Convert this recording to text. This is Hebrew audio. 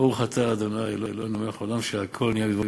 ברוך אתה אדוני אלוהינו מלך העולם שהכול נהיה בדברו.